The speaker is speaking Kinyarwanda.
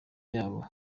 yabo